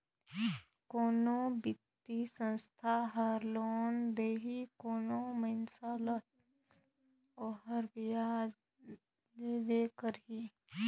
कोनो बित्तीय संस्था हर लोन देही कोनो मइनसे ल ता ओहर बियाज लेबे करही